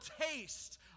taste